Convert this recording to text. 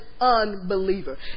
unbeliever